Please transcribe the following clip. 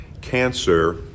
Cancer